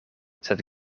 sed